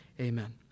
Amen